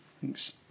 Thanks